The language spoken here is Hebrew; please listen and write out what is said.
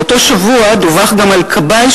באותו שבוע דווח גם על כבאי,